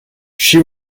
she